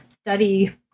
study